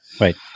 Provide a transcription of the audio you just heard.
Right